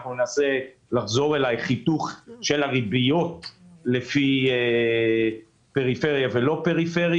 ננסה לחזור אליך עם חיתוך של הריביות לפי פריפריה ומרכז.